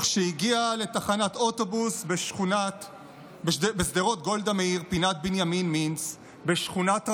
וכשהגיע לתחנת אוטובוס בשדרות גולדה מאיר פינת בנימין מינץ בשכונת רמות,